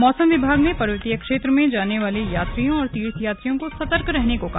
मौसम विभाग ने पर्वतीय क्षेत्र में जाने वाले यात्रियों और तीर्थयात्रियों को सतर्क रहने को कहा